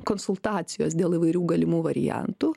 konsultacijos dėl įvairių galimų variantų